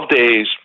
days